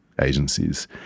agencies